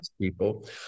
people